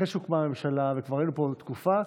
אחרי שהוקמה הממשלה ושכבר היינו פה תקופה,